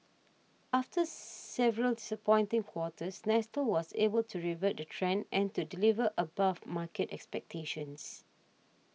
after several disappointing quarters Nestle was able to revert the trend and to deliver above market expectations